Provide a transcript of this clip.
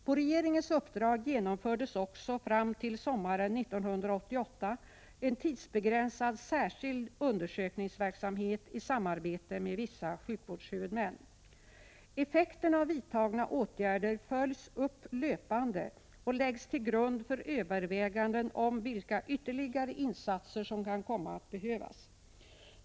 På regeringens uppdrag genomfördes också fram till sommaren 1988 en tidsbegränsad särskild undersökningsverksamhet i samarbete med vissa sjukvårdshuvudmän. Effekten av vidtagna åtgärder följs upp löpande och läggs till grund för överväganden om vilka ytterligare insatser som kan komma att behövas.